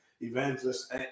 Evangelist